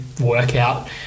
workout